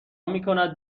میکند